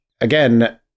again